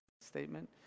statement